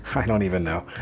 i don't even know,